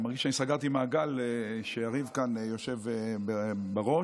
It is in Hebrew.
אני מרגיש שסגרתי מעגל כשיריב כאן יושב בראש.